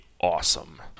awesome